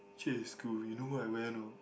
school you know what I wear or not